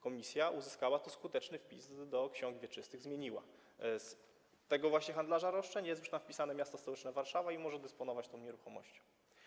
Komisja uzyskała tu skuteczny wpis do ksiąg wieczystych, zmieniła to i zamiast tego właśnie handlarza roszczeń jest tam już wpisane miasto stołeczne Warszawa, które może dysponować tą nieruchomością.